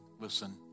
listen